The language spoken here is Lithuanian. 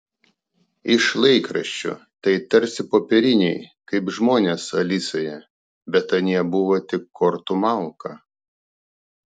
iš laikraščių tai tarsi popieriniai kaip žmonės alisoje bet anie buvo tik kortų malka